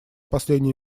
последний